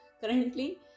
currently